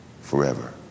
forever